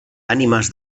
ànimes